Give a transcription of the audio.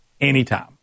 anytime